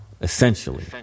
Essentially